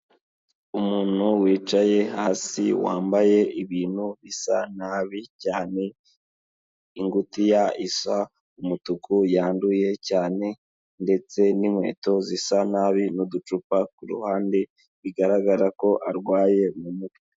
Umuntu wicaye hasi wambaye ibintu bisa nabi cyane ingutiya isa umutuku yanduye cyane ndetse n'inkweto zisa nabi n'uducupa ku ruhande, bigaragara ko arwaye mu mutwe.